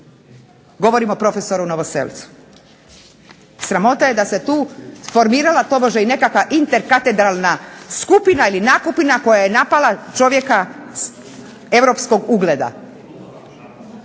Govorim o profesoru Novoselcu. Sramota da se tu formirala i nekakva interkatedralna skupina i nakupina koja je napala čovjeka Europskog ugleda.